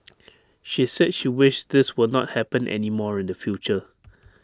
she said she wished this will not happen anymore in the future